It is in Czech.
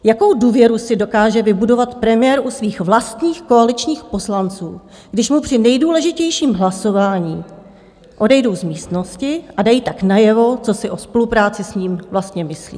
Jakou důvěru si dokáže vybudovat premiér u svých vlastních koaličních poslanců, když mu při nejdůležitějším hlasování odejdou z místnosti a dají tak najevo, co si o spolupráci s ním vlastně myslí?